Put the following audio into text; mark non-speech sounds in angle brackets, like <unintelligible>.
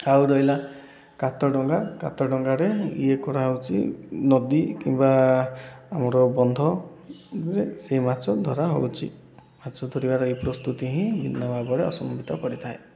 ଆଉ ରହିଲା କାତ ଡଙ୍ଗା କାତ ଡଙ୍ଗାରେ ଇଏ କରାହେଉଛି ନଦୀ କିମ୍ବା ଆମର ବନ୍ଧରେ ସେ ମାଛ ଧରା ହେଉଛି ମାଛ ଧରିବାର ଏହି ପ୍ରସ୍ତୁତି ହିଁ ଭିନ୍ନ ଭାବରେ <unintelligible> କରିଥାଏ